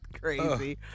crazy